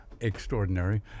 extraordinary